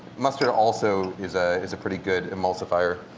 mustard also is ah is a pretty good emulsifier.